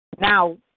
Now